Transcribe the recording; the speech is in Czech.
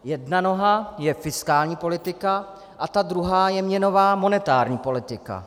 Jedna noha je fiskální politika a ta druhá je měnová a monetární politika.